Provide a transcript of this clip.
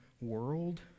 world